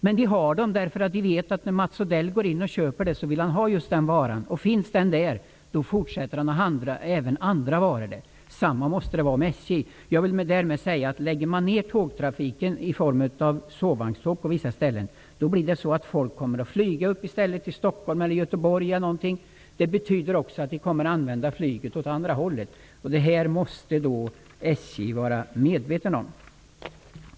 Men affären har dem därför att man vet att när Mats Odell går in och handlar vill han ha just den varan. Finns den där fortsätter han att handla även andra varor i den affären. Samma sak måste gälla för SJ. Jag vill därmed säga att om man lägger ned tågtrafiken i form av sovvagnståg på vissa ställen kommer människor i stället att flyga till Stockholm eller Göteborg. Det betyder också att de kommer att använda flyget åt andra hållet. Det här måste man vara medveten om på SJ. Herr talman!